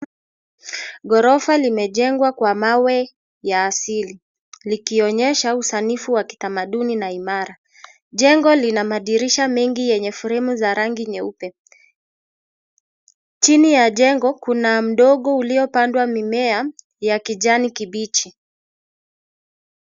Gorofa limejengwa kwa mawe ya asili. Likiyonyesha usanifu wa kitamaduni na imara. Jengo lina madirisha mengi yenye furemu za rangi nyeupe. Chini ya jengo kuna udogo uliopandwa mimea ya kijani kibichi.